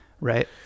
right